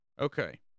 Okay